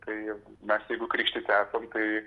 tai mes jeigu krikštyti esam tai